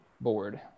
board